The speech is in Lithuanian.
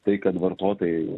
tai kad vartotojai